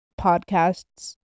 podcasts